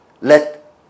let